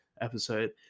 episode